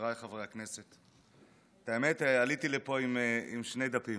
חבריי חברי הכנסת, האמת, עליתי לפה עם שני דפים.